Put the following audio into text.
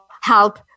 help